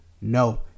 No